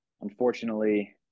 unfortunately